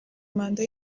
manda